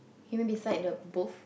you mean beside the booth